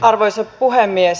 arvoisa puhemies